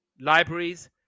libraries